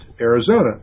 Arizona